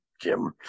Jim